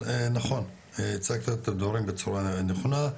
אבל נכון הצגת את הדברים בצורה נכונה,